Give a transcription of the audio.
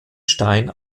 stein